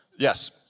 Yes